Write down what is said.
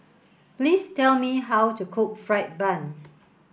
please tell me how to cook fried bun